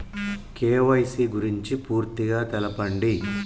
KYC గురించి పూర్తిగా తెలపండి?